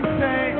say